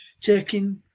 taking